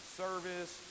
service